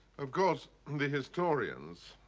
of course the historians,